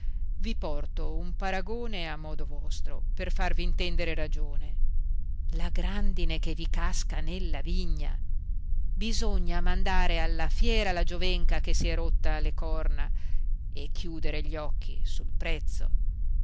i porto un paragone a modo vostro per farvi intendere ragione la grandine che vi casca a mandare alla fiera la giovenca che si è rotte le corna e chiudere gli occhi sul prezzo